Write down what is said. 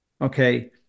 okay